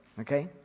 Okay